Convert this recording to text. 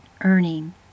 earning